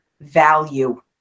value